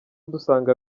dusanga